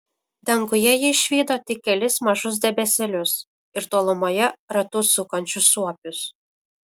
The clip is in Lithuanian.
danguje ji išvydo tik kelis mažus debesėlius ir tolumoje ratu sukančius suopius